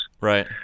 Right